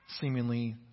seemingly